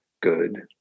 good